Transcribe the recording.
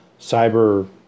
cyber